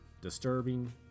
Disturbing